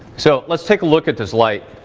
so let's take a look at this light.